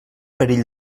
perill